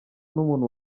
n’umuntu